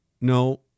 no